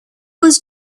was